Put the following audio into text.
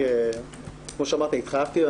גבירתי, כמו שאמרתי, אני התחייבתי.